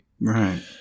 Right